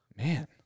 Man